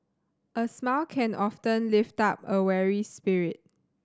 a smile can often lift up a weary spirit